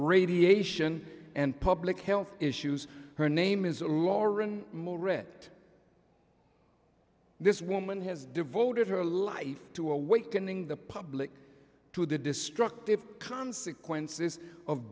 radiation and public health issues her name is lauren moret this woman has devoted her life to awakening the public to the destructive consequences of